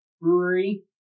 Brewery